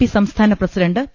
P സംസ്ഥാന president P